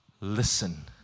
listen